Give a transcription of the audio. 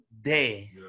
day